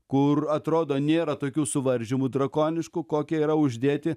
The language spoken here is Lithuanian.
kur atrodo nėra tokių suvaržymų drakoniškų kokie yra uždėti